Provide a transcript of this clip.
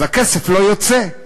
אז הכסף לא יוצא,